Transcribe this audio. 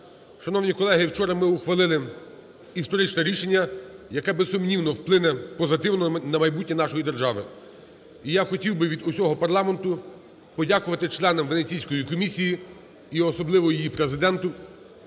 Шановні колеги, вчора ми ухвалили історичне рішення, яке, безсумнівно, вплине позитивно на майбутнє нашої держави. І я хотів би від усього парламенту подякувати членам Венеційської комісії і особливо її президенту